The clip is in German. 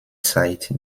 zeit